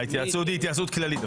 ההתייעצות היא התייעצות כללית.